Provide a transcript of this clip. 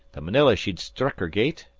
the marilla she'd struck her gait,